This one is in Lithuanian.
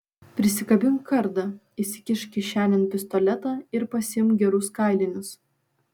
prisikabink kardą įsikišk kišenėn pistoletą ir pasiimk gerus kailinius